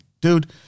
Dude